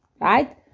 right